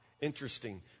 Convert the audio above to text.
interesting